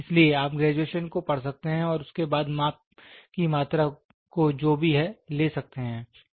इसलिए आप ग्रेजुएशन को पढ़ सकते हैं और उसके बाद माप की मात्रा को जो भी है ले सकते हैं